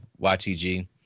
YTG